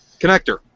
connector